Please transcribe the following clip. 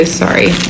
sorry